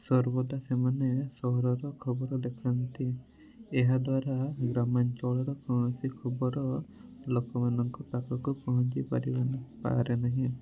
ସର୍ବଦା ସେମାନେ ସହରର ଖବର ଦେଖାନ୍ତି ଏହା ଦ୍ଵାରା ଗ୍ରାମାଞ୍ଚଳର କୌଣସି ଖବର ଲୋକମାନଙ୍କ ପାଖକୁ ପହଞ୍ଚିପାରେନାହିଁ